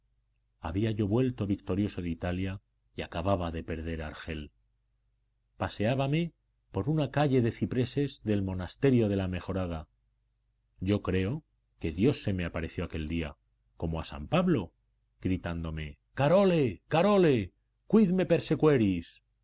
había yo vuelto victorioso de italia y acababa de perder a argel paseábame por una calle de cipreses del monasterio de la mejorada yo creo que dios se me apareció aquel día como a san pablo gritándome carole carole